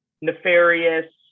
nefarious